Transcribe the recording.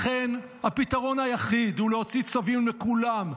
לכן הפתרון היחיד הוא להוציא צווים לכולם,